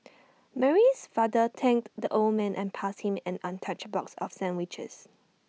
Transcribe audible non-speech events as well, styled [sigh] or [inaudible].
[noise] Mary's father thanked the old man and passed him an untouched box of sandwiches